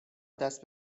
دست